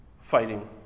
fighting